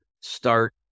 start